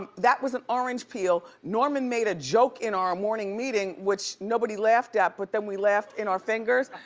um that was an orange peel. norman made a joke in our morning meeting, which nobody laughed at, but then we laughed in our fingers.